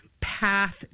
path